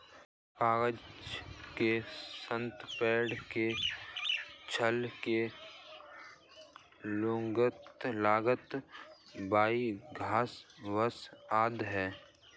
कागज के स्रोत पेड़ के छाल की लुगदी, सबई घास, बाँस आदि हैं